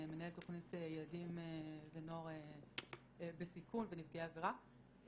מנהלת תוכנית ילדים ונוער בסיכון ונפגעי עבירה.